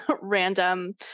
random